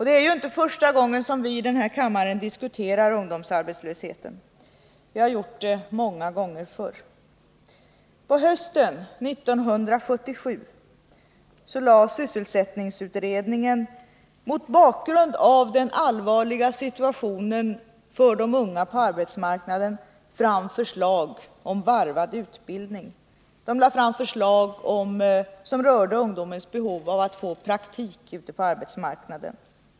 Det är inte första gången som vi i den här kammaren diskuterar ungdomsarbetslösheten. Vi har gjort det många gånger förut. På hösten 1977 lade sysselsättningsutredningen — mot bakgrund av den allvarliga situationen för de unga på arbetsmarknaden — fram förslag om varvad utbildning. Den lade fram förslag som rörde ungdomens behov av att få praktik ute på arbetsmarknaden.